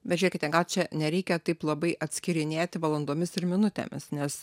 bet žiūrėkite gal čia nereikia taip labai atskyrinėti valandomis ir minutėmis nes